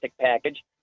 package